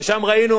ושם ראינו,